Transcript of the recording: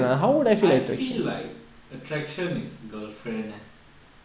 I feel like attraction is girlfriend lah